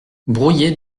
brouillés